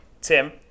Tim